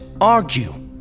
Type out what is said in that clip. argue